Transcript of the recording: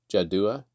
Jadua